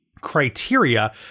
criteria